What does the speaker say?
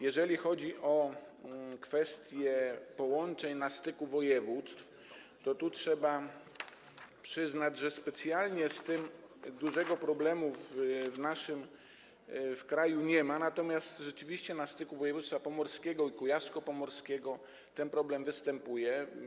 Jeżeli chodzi o kwestię połączeń na styku województw, to tu trzeba przyznać, że specjalnie z tym dużego problemu w naszym kraju nie ma, natomiast rzeczywiście na styku województwa pomorskiego i kujawsko-pomorskiego ten problem występuje.